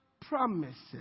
promises